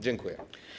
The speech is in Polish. Dziękuję.